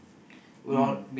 mm